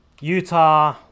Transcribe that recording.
Utah